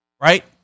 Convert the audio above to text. right